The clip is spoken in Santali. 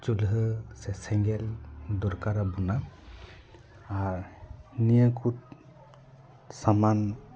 ᱪᱩᱞᱦᱟᱹ ᱥᱮ ᱥᱮᱸᱜᱮᱞ ᱫᱚᱨᱠᱟᱨ ᱟᱵᱚᱱᱟ ᱟᱨ ᱱᱤᱭᱟᱹ ᱠᱚ ᱥᱟᱢᱟᱱ